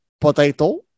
potato